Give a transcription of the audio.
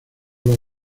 los